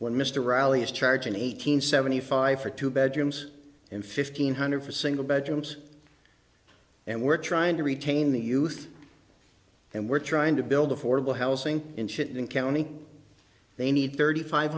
when mr riley is charging eight hundred seventy five for two bedrooms and fifteen hundred for single bedrooms and we're trying to retain the youth and we're trying to build affordable housing in shit in county they need thirty five